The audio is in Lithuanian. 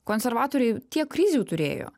konservatoriai tiek krizių turėjo